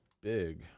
big